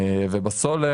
ובסולר,